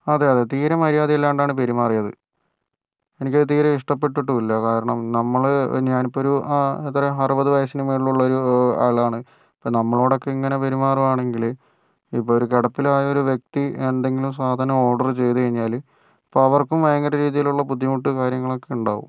അതെ അതെ തീരെ മര്യാദയില്ലാണ്ടാണ് പെരുമാറിയത് എനിക്കത് തീരെ ഇഷ്ടപെട്ടിട്ടില്ല കാരണം നമ്മൾ ഞാനിപ്പോൾ ഒരു ആ എത്രയാ അറുപത് വയസ്സിന് മേലെയുള്ള ഒരു ആളാണ് അപ്പോൾ നമ്മളോടൊക്കെ ഇങ്ങനെ പെരുമാറുകയാണെങ്കിൽ ഇപ്പോൾ ഒരു കിടപ്പിലായ ഒരു വൃക്തി എന്തെങ്കിലും സാധനം ഓഡർ ചെയ്ത് കഴിഞ്ഞാൽ അപ്പം അവർക്കും ഭയങ്കര രീതിയിലുള്ള ബുദ്ധിമുട്ട് കാര്യങ്ങളൊക്കെ ഉണ്ടാകും